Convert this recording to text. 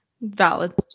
Valid